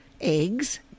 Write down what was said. eggs